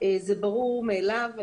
זה ברור מאליו.